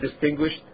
distinguished